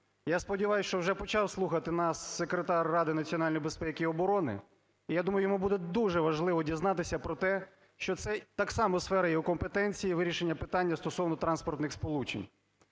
Я сподіваюсь, що вже почав слухати нас Секретар Ради національної безпеки і оборони, і, я думаю, йому буде дуже важливо дізнатися про те, що це так само сфера його компетенції - вирішення питання стосовно транспортних сполучень.